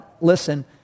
listen